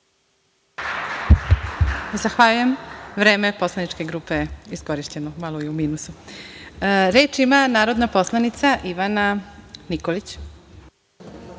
Zahvaljujem. Vreme poslaničke grupe je iskorišćeno, malo je i u minusu. Reč ima narodna poslanica Ivana Nikolić.